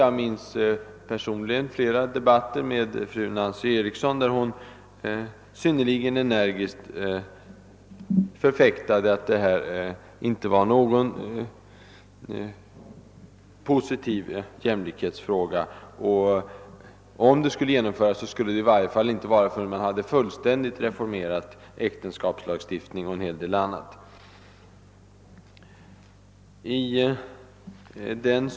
Jag minns personligen flera debatter med fru Nancy Eriksson där hon synnerligen energiskt förfäktade åsikten att den här reformen inte var någon positiv jämlikhetsfråga, och om den skulle genomföras så skulle det inte ske förrän man fullständigt hade reformerat äktenskapslagstiftningen och en hel del andra ting.